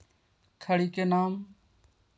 खड़ी के नाम?